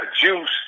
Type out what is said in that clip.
juice